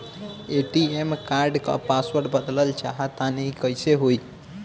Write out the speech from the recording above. ATM card क password बदलल चाहा तानि कइसे होई?